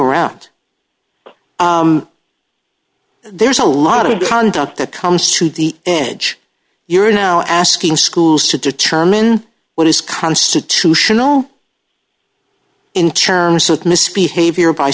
around there's a lot of conduct that comes to the edge you're now asking schools to determine what is constitutional in terms of misbehavior by